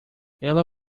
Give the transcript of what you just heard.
ela